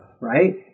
right